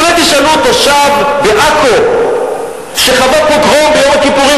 אולי תשאלו תושב בעכו שחווה פוגרום ביום הכיפורים